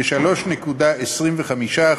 ל-3.25%.